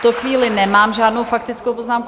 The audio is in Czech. V tuto chvíli nemám žádnou faktickou poznámku.